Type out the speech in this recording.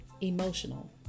emotional